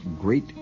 great